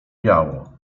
biało